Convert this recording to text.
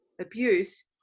abuse